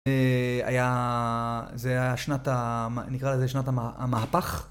זה היה שנת, נקרא לזה שנת המהפך.